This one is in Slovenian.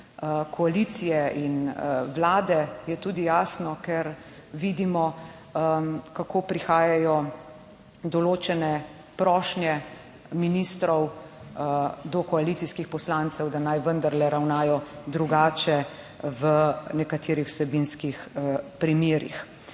koalicije in vlade je tudi jasno, ker vidimo, kako prihajaj določene prošnje ministrov do koalicijskih poslancev, da naj vendarle ravnajo drugače v nekaterih vsebinskih primerih.